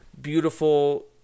beautiful